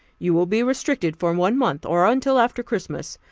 you will be restricted for one month, or until after christmas.